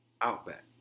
Outback